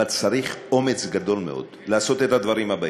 אבל צריך אומץ גדול מאוד לעשות את הדברים הבאים: